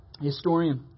historian